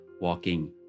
walking